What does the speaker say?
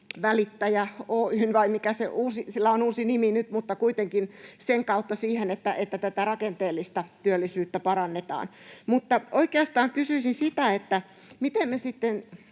uusi nimi on, sillä on uusi nimi nyt, mutta kuitenkin — kautta siihen, että tätä rakenteellista työllisyyttä parannetaan. Mutta oikeastaan kysyisin sitä, miten me olemme